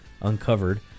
uncovered